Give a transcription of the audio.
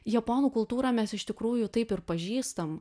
japonų kultūrą mes iš tikrųjų taip ir pažįstam